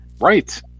Right